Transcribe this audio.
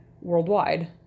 worldwide